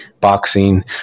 boxing